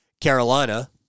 Carolina